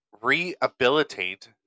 rehabilitate